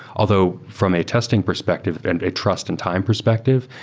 although from a testing perspective and a trust in time perspective,